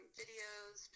videos